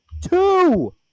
two